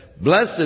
Blessed